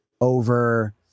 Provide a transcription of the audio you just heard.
over